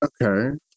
Okay